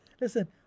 listen